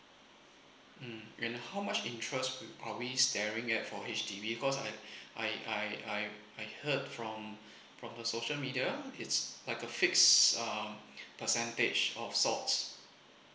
mm and how much interest we probably staring at for H_D_B because I I I I I heard from from the social media it's like a fix um percentage of sort